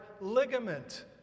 ligament